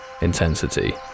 intensity